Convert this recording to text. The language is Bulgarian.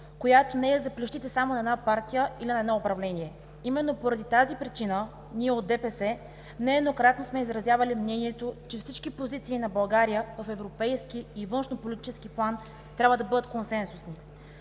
която не е за плещите само на една партия или на едно управление. Именно поради тази причина ние от ДПС нееднократно сме изразявали мнението, че всички позиции на България в европейски и външнополитически план трябва да бъдат консенсусни.